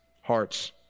hearts